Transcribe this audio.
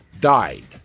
died